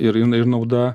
ir jinai ir nauda